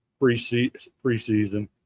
preseason